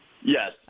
Yes